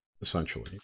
Essentially